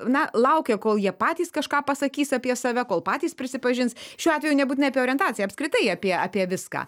na laukia kol jie patys kažką pasakys apie save kol patys prisipažins šiuo atveju nebūtinai apie orientaciją apskritai apie apie viską